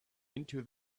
into